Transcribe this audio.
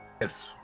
Yes